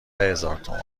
هزارتومان